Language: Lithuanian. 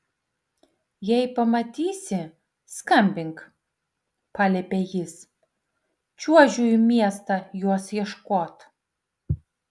jei pamatysi skambink paliepė jis čiuožiu į miestą jos ieškot